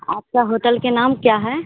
आपका होटल का नाम क्या है